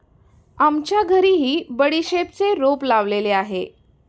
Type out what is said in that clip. आमच्या घरीही बडीशेपचे रोप लावलेले आहे